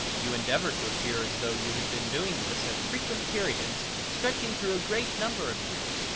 you endeavor to appear as though you had been doing this at frequent periods stretching through a great number of years,